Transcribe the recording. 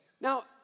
Now